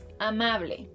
amable